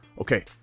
Okay